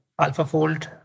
AlphaFold